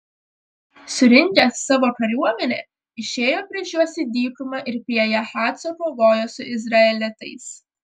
surinkęs savo kariuomenę išėjo prieš juos į dykumą ir prie jahaco kovojo su izraelitais